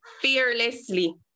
fearlessly